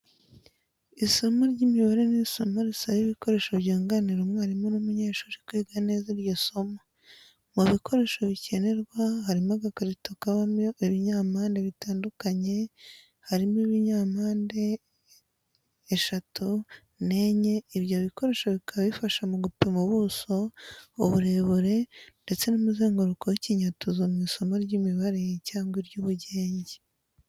Isomo ry'imibare ni isomo risaba ibikoresho byunganira umwarimu n'umunyeshuri kwiga neza iryo somo. Mu bikoresho bikenerwa harimo agakarito kabamo ibinyampande bitandukanye, harimo iby'impande eshatu n'enye ibyo bikoresho bikaba bifasha mu gupima ubuso, uburebure ndetse n'umuzenguruko w'ikinyatuzu mu isomo ry'imibare cyangwa iry'ubugenge.